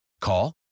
Call